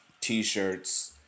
T-shirts